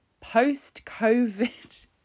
post-Covid